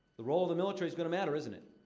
the role of the military's gonna matter, isn't it?